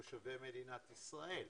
תושבי מדינת ישראל.